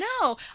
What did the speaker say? no